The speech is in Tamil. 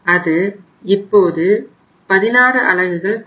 அது இப்போது 16 அலகுகள் குறையும்